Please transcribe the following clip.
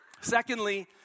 Secondly